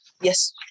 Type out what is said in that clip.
Yes